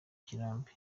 kirambi